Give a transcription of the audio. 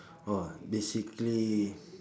oh basically